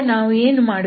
ಈಗ ನಾವು ಏನು ಮಾಡುತ್ತೇವೆ